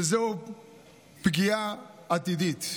שזו פגיעה עתידית.